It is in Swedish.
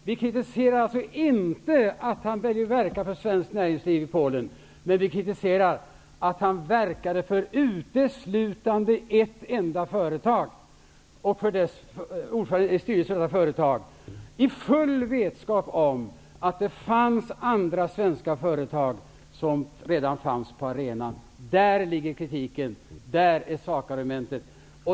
Vi kritiserar alltså inte att han ville verka för svenskt näringsliv i Polen, men vi kritiserar att han verkade för enbart ett enda företag och för ordföranden i styrelsen av det företaget i full vetskap om att det redan fanns andra svenska företag på arenan. Det är detta som kritiken riktas mot, och det är där vi har sakargumentet.